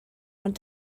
ond